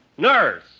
Nurse